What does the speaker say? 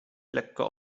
lekko